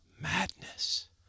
madness